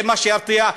זה מה שירתיע?